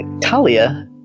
Talia